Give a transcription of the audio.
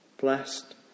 Blessed